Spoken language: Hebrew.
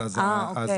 בבקשה.